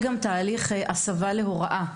בנוסף אנחנו מעבירים תהליך הסבה להוראה.